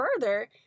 further